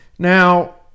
Now